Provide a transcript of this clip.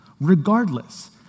regardless